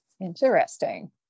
Interesting